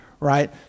Right